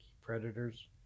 predators